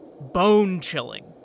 bone-chilling